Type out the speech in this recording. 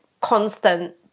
constant